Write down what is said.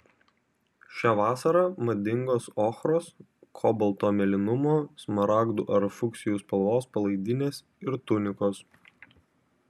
šią vasarą madingos ochros kobalto mėlynumo smaragdų ar fuksijų spalvos palaidinės ir tunikos